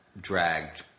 dragged